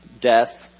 death